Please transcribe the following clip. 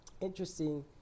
Interesting